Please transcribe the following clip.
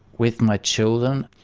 with my children,